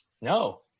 no